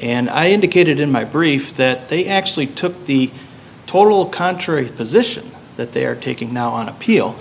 and i indicated in my brief that they actually took the total contrary position that they are taking now on appeal